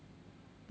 maybe